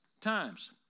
times